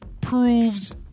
proves